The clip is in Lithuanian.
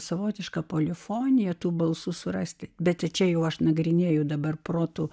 savotiška polifonija tų balsų surasti bet čia jau aš nagrinėju dabar protu